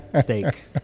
steak